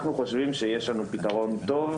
אנחנו חושבים שיש לנו פתרון טוב,